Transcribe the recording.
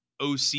OC